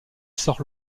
sort